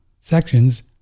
sections